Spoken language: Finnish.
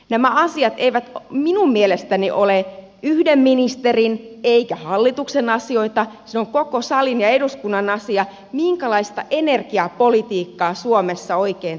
nämä asiat eivät minun mielestäni ole yhden ministerin eivätkä hallituksen asioita se on koko salin ja eduskunnan asia minkälaista energiapolitiikkaa suomessa oikein tehdään